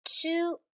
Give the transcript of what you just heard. two